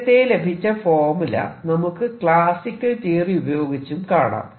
നേരത്തെ ലഭിച്ച ഫോർമുല നമുക്ക് ക്ലാസിക്കൽ തിയറി ഉപയോഗിച്ചും കാണാം